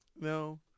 No